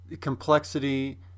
complexity